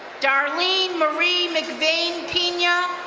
darlene marie mcvain pena,